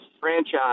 franchise